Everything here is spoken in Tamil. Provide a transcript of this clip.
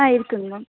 ஆ இருக்குதுங்க மேம்